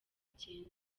cyenda